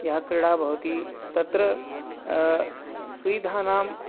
यः क्रीडा भवति तत्र सुविधानां